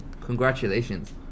Congratulations